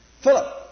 Philip